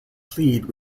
plead